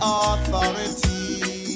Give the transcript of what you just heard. authority